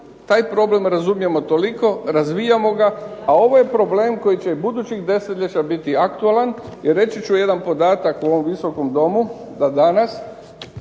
taj problem razumijemo toliko, razvijamo ga, a ovo je problem koji će budućih desetljeća biti aktualan. I reći ću jedan podatak u ovom visokom Domu, da danas,